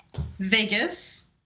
Vegas